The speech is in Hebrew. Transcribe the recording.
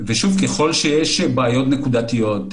ככל שיש בעיות נקודתיות,